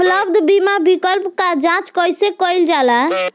उपलब्ध बीमा विकल्प क जांच कैसे कइल जाला?